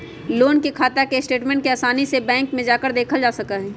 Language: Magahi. लोन के खाता के स्टेटमेन्ट के आसानी से बैंक में जाकर देखल जा सका हई